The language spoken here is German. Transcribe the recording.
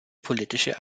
politische